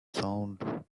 saw